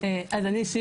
אז אני שירה,